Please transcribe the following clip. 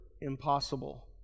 impossible